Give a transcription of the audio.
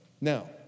Now